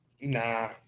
Nah